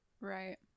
Right